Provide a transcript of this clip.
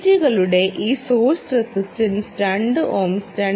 ജികളുടെ ഈ source resistance 2 ohms 2